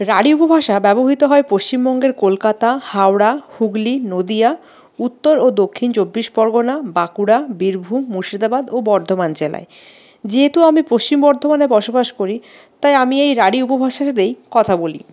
রাঢ়ী উপভাষা ব্যবহৃত হয় পশ্চিমবঙ্গের কলকাতা হাওড়া হুগলি নদীয়া উত্তর ও দক্ষিণ চব্বিশ পরগনা বাঁকুড়া বীরভূম মুর্শিদাবাদ ও বর্ধমান জেলায় যেহেতু আমি পশ্চিম বর্ধমানে বসবাস করি তাই আমি এই রাঢ়ী উপভাষাটাতেই কথা বলি